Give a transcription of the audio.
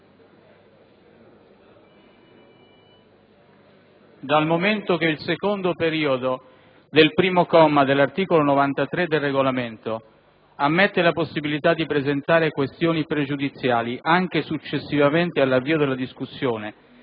dal momento che il secondo periodo del comma 1 dell'articolo 93 del Regolamento ammette la possibilità di presentare questioni pregiudiziali anche successivamente all'avvio della discussione